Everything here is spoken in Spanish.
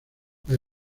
las